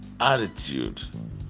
attitude